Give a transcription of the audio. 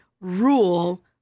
rule